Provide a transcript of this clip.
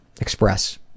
express